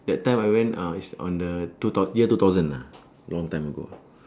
that time I went ah is on the two thou~ year two thousand ah long time ago